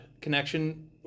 connection